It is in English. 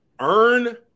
earn